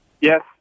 Yes